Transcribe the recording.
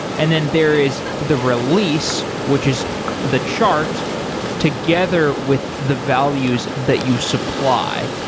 and then there is the release, which is the chart together with the values that you supply.